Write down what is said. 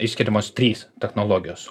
išskiriamos trys technologijos